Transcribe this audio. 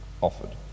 offered